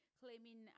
claiming